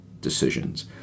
decisions